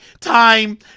time